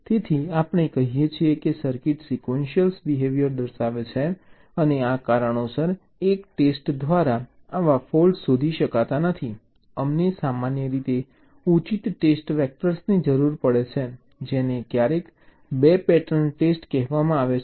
તેથી આપણે કહીએ છીએ કે સર્કિટ સિક્વન્શિય બિહેવીઅર દર્શાવે છે અને આ કારણોસર એક ટેસ્ટ દ્વારા આવા ફૉલ્ટ્સ શોધી શકાતા નથી અમને સામાન્ય રીતે ઉચિત ટેસ્ટ વેક્ટર્સની જરૂર પડે છે જેને ક્યારેક 2 પેટર્ન ટેસ્ટ કહેવામાં આવે છે